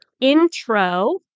intro